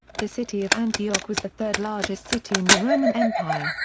the city of antioch was the third largest city in the roman empire,